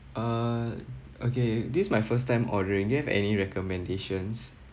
err okay this my first time ordering do you have any recommendations